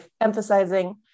emphasizing